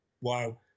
wow